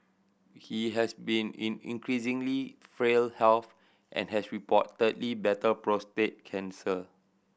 he has been in increasingly frail health and has reportedly battled prostate cancer